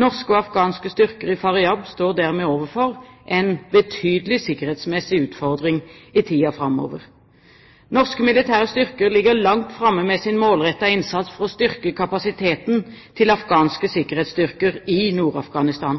Norske og afghanske styrker i Faryab står dermed overfor en betydelig sikkerhetsmessig utfordring i tiden framover. Norske militære styrker ligger langt framme med sin målrettede innsats for å styrke kapasiteten til afghanske sikkerhetsstyrker i Nord-Afghanistan.